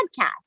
podcast